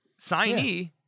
signee